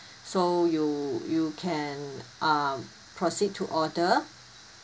so you you can uh proceed to order